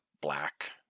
black